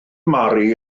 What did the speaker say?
mary